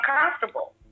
uncomfortable